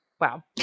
wow